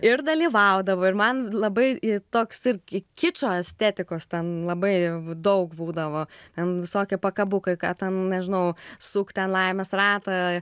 ir dalyvaudavo ir man labai toks ir ki kičo estetikos ten labai daug būdavo ten visokie pakabukai ką ten nežinau suk ten laimės ratą